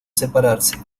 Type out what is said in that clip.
separarse